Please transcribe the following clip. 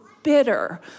bitter